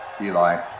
Eli